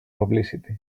publicity